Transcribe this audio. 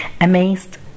amazed